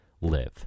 live